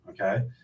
okay